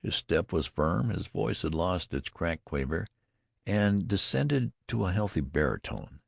his step was firm, his voice had lost its cracked quaver and descended to a healthy baritone.